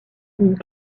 une